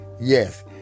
Yes